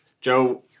joe